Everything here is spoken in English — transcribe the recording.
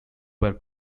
were